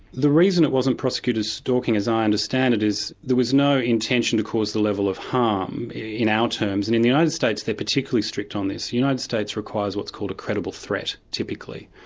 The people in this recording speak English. the reason it wasn't prosecuted as stalking as i understand it is there was no intention to cause the level of harm in our terms and in the united states they're particularly strict on this. the united states requires what's called a credible threat, typically,